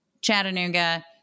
Chattanooga